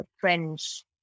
French